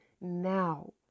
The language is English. Now